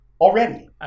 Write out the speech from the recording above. already